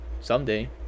Someday